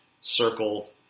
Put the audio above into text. circle